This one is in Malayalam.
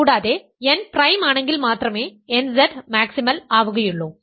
കൂടാതെ n പ്രൈം ആണെങ്കിൽ മാത്രമേ nZ മാക്സിമൽ ആവുകയുള്ളൂ